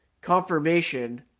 confirmation